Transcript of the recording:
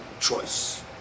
choice